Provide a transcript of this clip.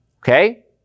okay